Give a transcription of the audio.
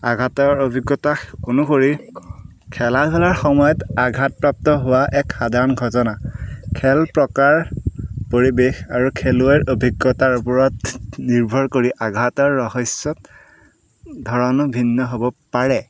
আঘাতৰ অভিজ্ঞতা অনুসৰি খেলা ধূলাৰ সময়ত আঘাতপ্ৰাপ্ত হোৱা এক সাধাৰণ ঘটনা খেল প্ৰকাৰ পৰিৱেশ আৰু খেলুৱৈৰ অভিজ্ঞতাৰ ওপৰত নিৰ্ভৰ কৰি আঘাৰত ৰহস্যত ধৰণ ভিন্ন হ'ব পাৰে